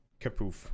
kapoof